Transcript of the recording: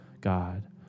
God